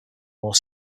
more